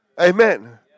Amen